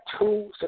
two